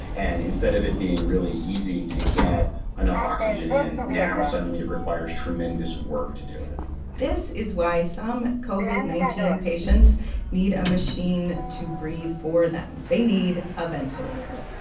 and instead of it being really easy to get enough oxygen in, now, suddenly, it requires tremendous work to do it this is why some covid nineteen patients need a machine to breathe for them. they need a ventilator.